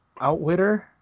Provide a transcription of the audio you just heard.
outwitter